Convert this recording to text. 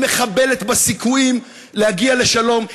היא מחבלת בסיכויים להגיע לשלום.